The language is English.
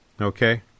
okay